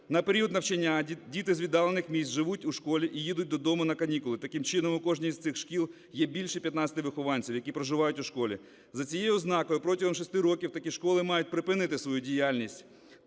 На період навчання діти з віддалених міст живуть у школі і їдуть додому на канікули. Таким чином у кожній із цих шкіл є більше 15 вихованців, які проживають у школі. За цією ознакою протягом шести років такі школи мають припинити свою діяльність.